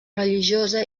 religiosa